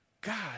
God